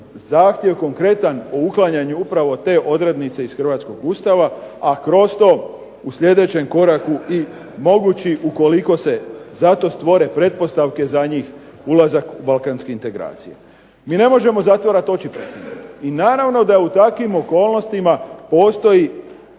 zahtjev konkretan o uklanjanju upravo te odrednice iz hrvatskog Ustava, a kroz to u sljedećem koraku i mogući, ukoliko se za to stvore pretpostavke za njih, ulazak u balkanske integracije. Mi ne možemo zatvarat oči i naravno da u takvim okolnostima postoji